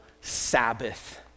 Sabbath